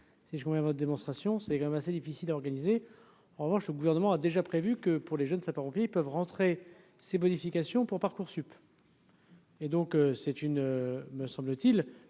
si je vois bien votre démonstration, c'est quand même assez difficile à organiser, en revanche, le gouvernement a déjà prévu que pour les jeunes sapeurs-pompiers, ils peuvent rentrer ces modifications pour Parcoursup. Et donc c'est une me semble-t-il